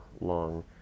long